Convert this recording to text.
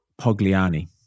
Pogliani